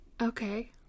Okay